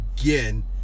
again